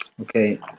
Okay